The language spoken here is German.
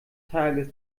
tages